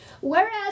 whereas